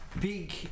big